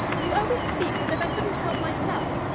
you always speak as if i couldn't help myself.